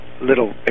little